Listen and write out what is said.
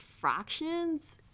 fractions